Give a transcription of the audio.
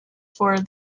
for